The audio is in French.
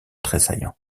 tressaillant